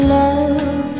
love